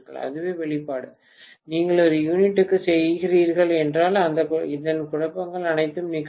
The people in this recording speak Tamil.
அதுவே வெளிப்பாடு நீங்கள் ஒரு யூனிட்டுக்குச் செய்கிறீர்கள் என்றால் இந்த குழப்பங்கள் அனைத்தும் நீக்கப்படும்